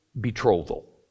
betrothal